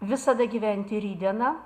visada gyventi rytdiena